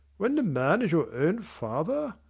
when the man is your own father!